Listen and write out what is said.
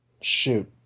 shoot